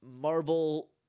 marble